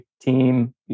team